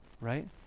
right